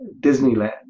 Disneyland